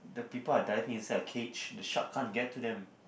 people are diving inside a cage the shark can't get to them